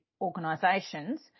organisations